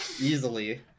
Easily